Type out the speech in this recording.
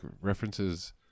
references